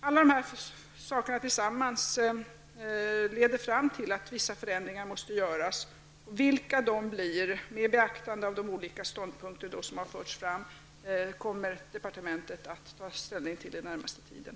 Allt detta tillsammans leder fram till att vissa förändringar måste göras. Vilka dessa blir sedan man beaktat de olika ståndpunkter som förts fram kommer departementet att ta ställning till under den närmaste tiden.